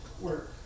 Work